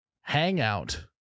hangout